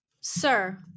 Sir